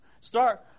Start